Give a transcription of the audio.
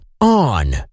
on